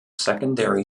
secondary